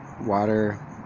water